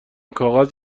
کاغذ